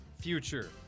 future